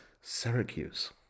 Syracuse